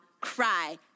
cry